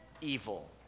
evil